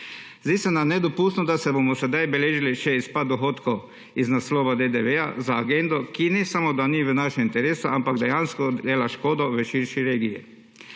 Zdi se nam nedopustno, da bomo sedaj beležili še izpad dohodkov iz naslova DDV za agendo, ki ne samo da ni v našem interesu, ampak dejansko dela škodo v širši regiji.